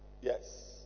Yes